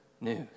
news